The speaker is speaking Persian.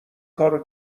کارو